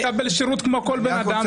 הוא מקבל שירות כמו כל בן-אדם,